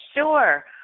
Sure